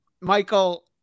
Michael